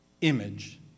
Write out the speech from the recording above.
image